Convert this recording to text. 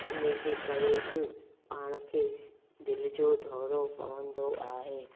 इनजे करे बि पाण खे दिलि जो दौरो पवंदो आहे